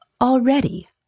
already